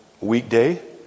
weekday